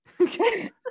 okay